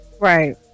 Right